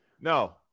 No